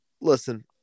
Listen